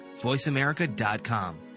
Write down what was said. voiceamerica.com